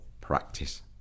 practice